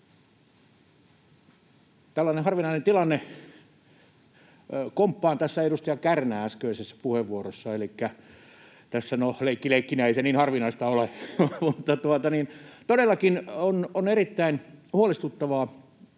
tällainen harvinainen tilanne, että komppaan tässä edustaja Kärnän äskeistä puheenvuoroa. — No, leikki leikkinä, ei se niin harvinaista ole. Todellakin on erittäin huolestuttavaa,